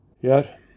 Yet